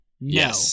no